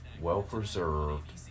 well-preserved